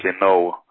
no